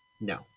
No